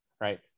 right